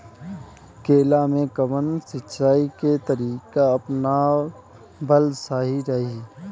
केला में कवन सिचीया के तरिका अपनावल सही रही?